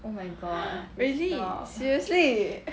really seriously